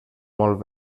molt